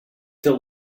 till